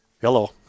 Hello